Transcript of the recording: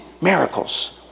miracles